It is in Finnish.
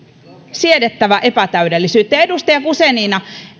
siedettävä epätäydellisyyttä edustaja guzenina